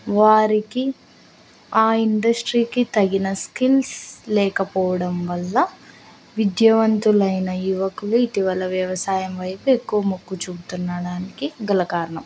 వారికి ఆ ఇండస్ట్రీకి తగిన స్కిల్స్ లేకపోవడం వల్ల విద్యావంతులైన యువకులు ఇటీవల వ్యవసాయం వైపు ఎక్కువ మొగ్గు చూపడానికి గల కారణం